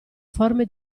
forme